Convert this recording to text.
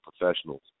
professionals